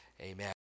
amen